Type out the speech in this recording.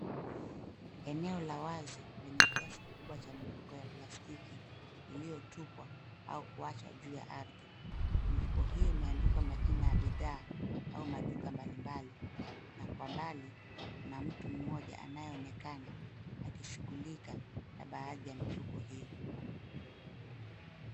Eneo la wazi lenye kiasi kikubwa cha mifugo ya plastiki iliotupwa au kuachwa juu ya aridhi, mifugo hiyo limeandikwa maji ya bidhaa au maduka mbali mbali na kwa mbali kuna mtu moja anayeonekana akishughulika na baadhi ya mifugo hiyo.